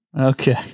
Okay